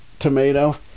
Tomato